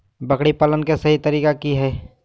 बकरी पालन के सही तरीका की हय?